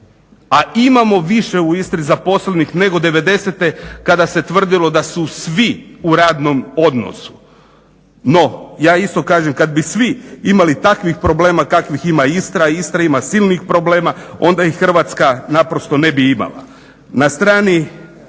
a imamo više u Istri zaposlenih nego devedesete kada se tvrdilo da su svi u radnom odnosu. No, ja isto kažem kad bi svi imali takvih problema kakvih ima Istra, Istra ima silnih problema onda i Hrvatska naprosto ne bi imala i svima